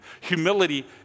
Humility